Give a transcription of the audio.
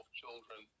children